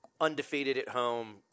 undefeated-at-home